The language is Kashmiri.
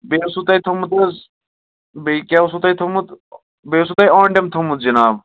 بیٚیہِ اوسوٕ تۄہہِ تھوٚومُت حظ بیٚیہِ کیٛاہ اوسوٕ تۄہہِ تھوٚومُت بیٚیہِ اوسوٕ تۄہہِ اونٛڈَم تھوٚومُت جِناب